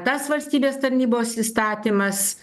tas valstybės tarnybos įstatymas